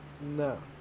No